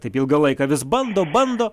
taip ilgą laiką vis bando bando